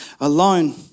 alone